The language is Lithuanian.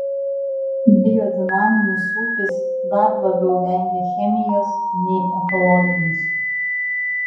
biodinaminis ūkis dar labiau vengia chemijos nei ekologinis